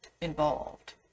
involved